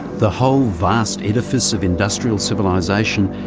the whole vast edifice of industrial civilisation,